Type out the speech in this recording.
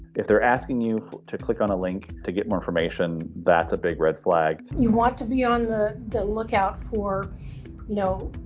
if they're asking you to click on a link to get more information, that's a big red flag. you want to be on the the lookout for, you know,